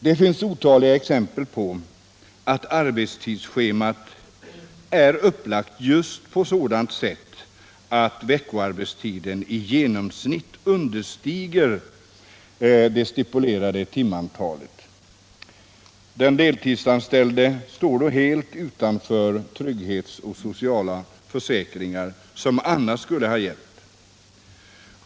Det finns otaliga exempel på att arbetstidsschemat är upplagt just på sådant sätt att veckoarbetstiden i genomsnitt understiger det stipulerade timantalet. Den deltidsanställde står då helt utanför trygghetsanordningar 45 och sociala försäkringar som annars skulle ha gällt.